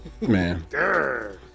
man